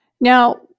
Now